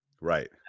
Right